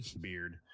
beard